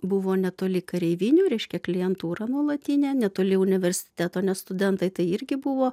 buvo netoli kareivinių reiškia klientūra nuolatinė netoli universiteto nes studentai tai irgi buvo